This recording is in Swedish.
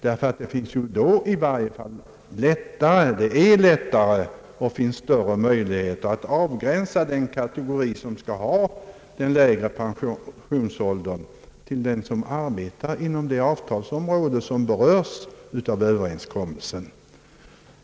Då är det nämligen lättare ati avgränsa den kategori, som skall ha lägre pensionsålder, till att gälla dem som arbetar inom det avtalsområde som berörs av överenskommelsen.